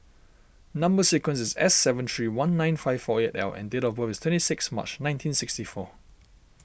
Number Sequence is S seven three one nine five four eight L and date of birth is twenty six March nineteen sixty four